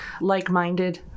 like-minded